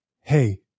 Hey